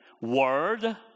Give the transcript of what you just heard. Word